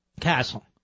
Castle